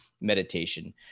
meditation